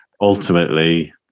ultimately